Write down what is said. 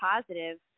positive